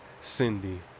Cindy